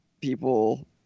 people